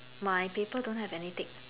my paper don't have any tick